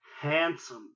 handsome